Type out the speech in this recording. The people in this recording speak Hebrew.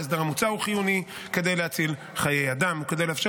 ההסדר המוצע הוא חיוני כדי להציל חיי אדם וכדי לאפשר